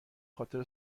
خاطر